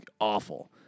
awful